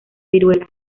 viruela